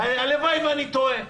הלוואי שאני טועה.